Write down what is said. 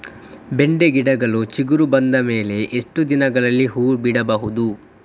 ಬೆಂಡೆ ಗಿಡಗಳು ಚಿಗುರು ಬಂದ ಮೇಲೆ ಎಷ್ಟು ದಿನದಲ್ಲಿ ಹೂ ಬಿಡಬಹುದು?